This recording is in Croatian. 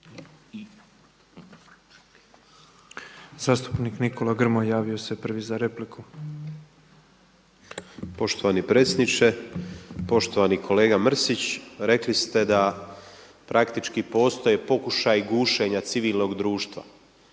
Zastupnik Nikola Grmoja javio se prvi za repliku. **Grmoja, Nikola (MOST)** Poštovani predsjedniče. Poštovani kolega Mrsić, rekli ste da praktički postoje pokušaji gušenja civilnog društva.